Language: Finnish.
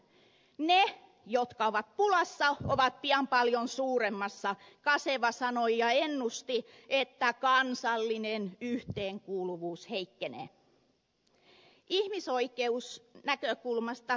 ne jotka ovat pulassa ovat pian paljon suuremmassa kaseva sanoi ja ennusti että kansallinen yhteenkuuluvuus heikkenee